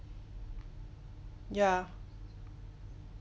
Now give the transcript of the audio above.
yeah